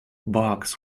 barks